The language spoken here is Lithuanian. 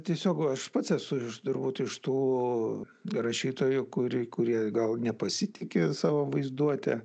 tiesiog aš pats esu turbūt iš tų rašytojų kuri kurie gal nepasitiki savo vaizduote